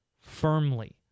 firmly